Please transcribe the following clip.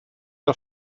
der